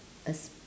a s~